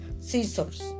Scissors